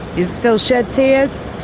you still shed tears,